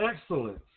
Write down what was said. excellence